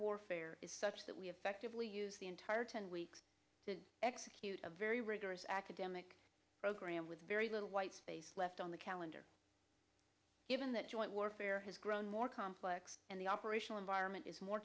warfare is such that we have actively used the entire ten weeks to execute a very rigorous academic program with very little white space left on the calendar given that joint warfare has grown more complex and the operational environment is more